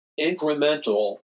incremental